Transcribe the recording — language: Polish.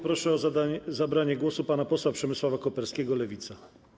Proszę o zabranie głosu pana posła Przemysława Koperskiego, Lewica.